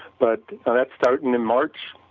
but and start in and march,